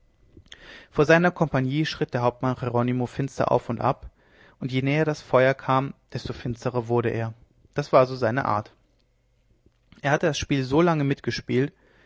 vor seiner kompanie schritt der hauptmann jeronimo finster auf und ab und je näher das feuer kam desto finsterer wurde er das war so seine art er hatte das spiel so lange mitgespielt